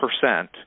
percent